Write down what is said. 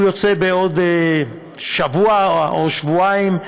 הוא יוצא לדרך בעוד שבוע או שבועיים.